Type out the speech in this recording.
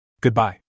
Goodbye